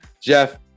jeff